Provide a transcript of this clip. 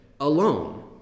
alone